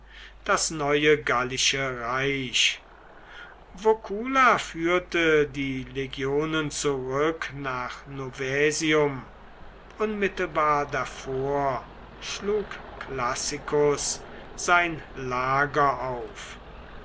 das neue gallische reich vocula führte die legionen zurück nach novaesium unmittelbar davor schlug classicus sein lager auf